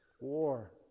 War